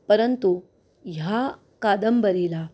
परंतु ह्या कादंबरीला